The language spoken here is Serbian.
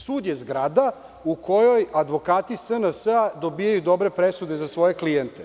Sud je zgrada u kojoj advokati SNS dobijaju dobre presude za svoje klijente.